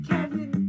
Kevin